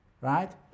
right